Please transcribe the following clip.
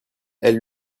elles